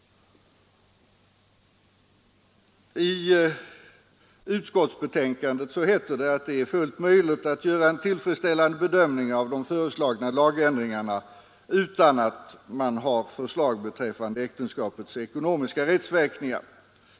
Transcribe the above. I utskottsbetänkandet heter det att det är fullt möjligt att göra en tillfredsställande bedömning av de föreslagna lagändringarna utan att man har förslag beträffande äktenskapets ekonomiska rättsverkningar.